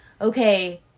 okay